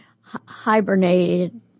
Hibernated